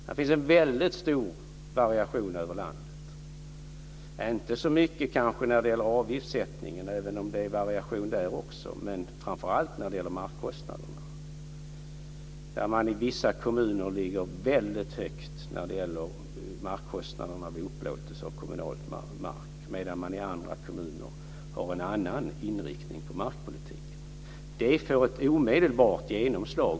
Här finns en väldigt stor variation över landet, kanske inte så mycket när det gäller avgiftssättningen, även om det är variation där också, men framför allt när det gäller markkostnaderna. I vissa kommuner ligger man väldigt högt när det gäller markkostnaderna vid upplåtelse av kommunal mark, medan man i andra kommuner har en annan inriktning på markpolitiken.